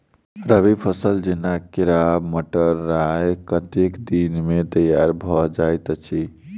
रबी फसल जेना केराव, मटर, राय कतेक दिन मे तैयार भँ जाइत अछि?